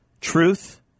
Truth